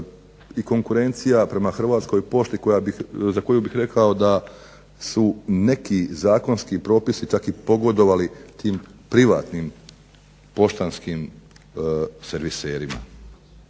i konkurencija prema Hrvatskoj pošti za koju bih rekao da su neki zakonski propisi čak i pogodovali tim privatnim poštanskim serviserima.